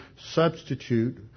substitute